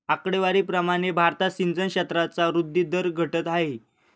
आकडेवारी प्रमाणे भारतात सिंचन क्षेत्राचा वृद्धी दर घटत आहे